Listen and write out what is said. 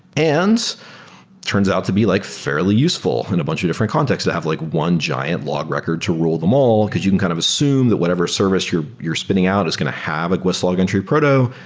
and it turns out to be like fairly useful in a bunch of different contexts. they have like one giant log record to rule them all, because you can kind of assume that whatever service you're you're spinning out is going to have a gws log entry proto.